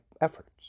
efforts